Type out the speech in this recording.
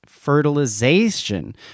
fertilization